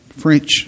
French